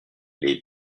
les